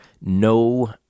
no